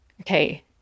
Okay